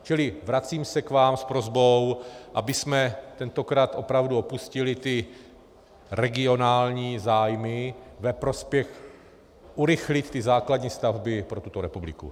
Čili vracím se k vám s prosbou, abychom tentokrát opravdu opustili regionální zájmy ve prospěch urychlit ty základní stavby pro tuto republiku.